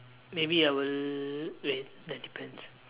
maybe I will wait that depends